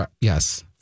yes